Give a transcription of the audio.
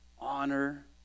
honor